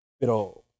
Pero